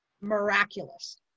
Miraculous